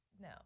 no